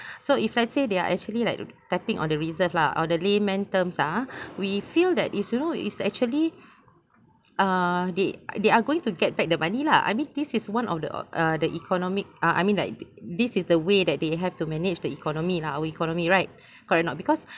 so if let's say they are actually like tapping on the reserves lah or the layman terms uh we feel that is you know is actually uh they they are going to get back the money lah I mean this is one of the uh the economic uh I mean like this is the way that they have to manage the economy lah in our economy right correct not because